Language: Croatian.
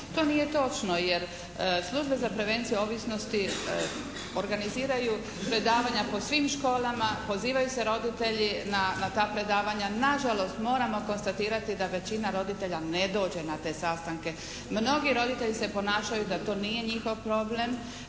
To nije točno, jer službe za prevenciju ovisnosti organiziraju predavanja po svim školama, pozivaju se roditelji na ta predavanja. Nažalost moramo konstatirati da većina roditelja ne dođe na te sastanke. Mnogi roditelji se ponašaju da to nije njihov problem,